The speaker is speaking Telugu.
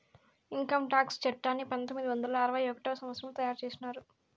ఇన్కంటాక్స్ చట్టాన్ని పంతొమ్మిది వందల అరవై ఒకటవ సంవచ్చరంలో తయారు చేసినారు